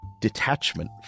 detachment